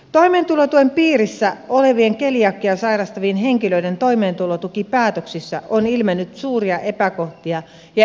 toimeentulotuen piirissä olevien keliakiaa sairastavien henkilöiden toimeentulotukipäätöksissä on ilmennyt suuria epäkohtia ja eriarvoisuutta